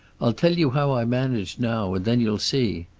i'll tell you how i manage now, and then you'll see.